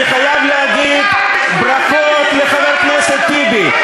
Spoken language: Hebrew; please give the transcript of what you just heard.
אני חייב להגיד ברכות לחבר הכנסת טיבי,